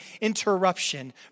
interruption